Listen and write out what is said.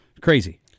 crazy